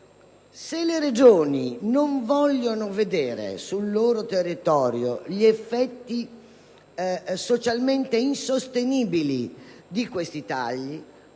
Se le Regioni non vogliono vedere sul loro territorio gli effetti socialmente insostenibili di questi tagli,